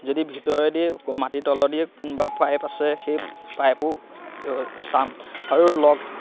যদি ভিতৰেদি মাটিৰ তলেদিয়ে কোনোবা পাইপ আছে সেই পাইপো চাম আৰু লগ